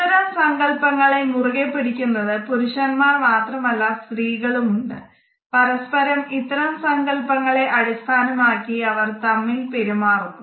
ഇത്തരം സങ്കല്പങ്ങളെ മുറുകെ പിടിക്കുന്നത് പുരുഷന്മാർ മാത്രമല്ല സ്ത്രീകളും ഉണ്ട് പരസ്പരം ഇത്തരം സങ്കല്പങ്ങളെ അടിസ്ഥാനമാക്കി അവർ തമ്മിൽ പെരുമാറുന്നു